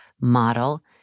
model